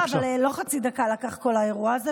אבל לא חצי דקה לקח כל האירוע הזה,